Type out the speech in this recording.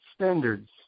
standards